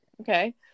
Okay